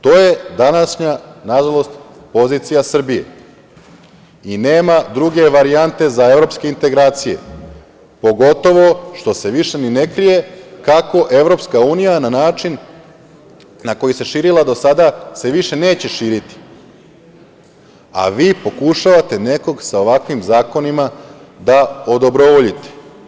To je današnja nažalost pozicija Srbije i nema druge varijante za evropske integracije, pogotovo što se više i ne krije kako EU na način na koji se širila do sada se više neće širiti, a vi pokušavate nekog sa ovakvim zakonima da odobrovoljite.